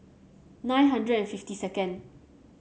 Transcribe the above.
nine hundred and fifty second